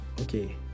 okay